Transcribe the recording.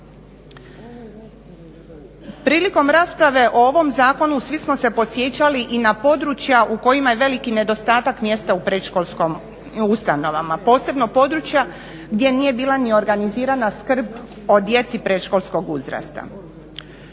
Prilikom rasprave o ovom zakonu svi smo se podsjećali i na područja u kojima je veliki nedostatak mjesta u predškolskim ustanovama posebno područja gdje nije bila ni organizirana skrb o djeci predškolskog uzrasta.